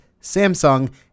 Samsung